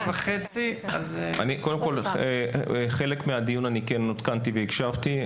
בחלק מהדיון כן עודכנתי והקשבתי,